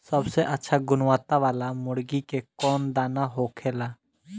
सबसे अच्छा गुणवत्ता वाला मुर्गी के कौन दाना होखेला?